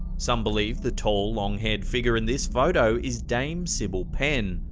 some believe the tall, long haired figure in this photo is dame sybil penn,